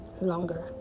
longer